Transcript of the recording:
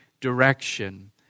direction